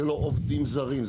זה לא עובדים זרים,